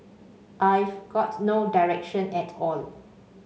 I've got no direction at all